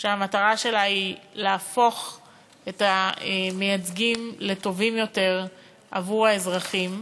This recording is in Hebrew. שהמטרה שלה היא להפוך את המייצגים לטובים יותר עבור האזרחים,